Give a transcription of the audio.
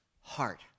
heart